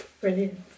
Brilliant